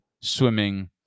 swimming